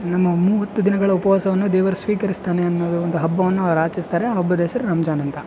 ನಮ್ಮ ಮೂವತ್ತು ದಿನಗಳ ಉಪವಾಸವನ್ನು ದೇವರು ಸ್ವೀಕರಿಸ್ತಾನೆ ಅನ್ನೋದು ಹಬ್ಬವನ್ನು ಅವ್ರು ಆಚರಿಸ್ತಾರೆ ಆ ಹಬ್ಬದ ಹೆಸ್ರು ರಂಜಾನ ಅಂತ